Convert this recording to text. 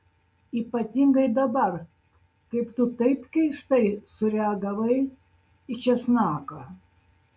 ypatingai dabar kai tu taip keistai sureagavai į česnaką